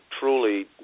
truly